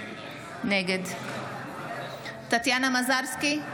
נגד טטיאנה מזרסקי,